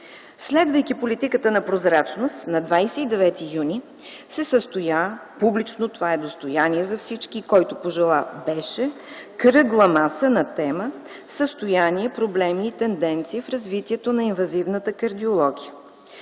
Следвайки политиката на прозрачност, на 29 юни т.г. се състоя, публично – това е достояние за всички, който пожела – беше, кръгла маса на тема „Състояние, проблеми, тенденции в развитието на инвазивната кардиология”.